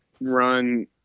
run